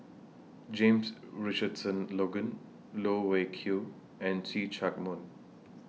James Richardson Logan Loh Wai Kiew and See Chak Mun